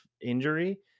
injury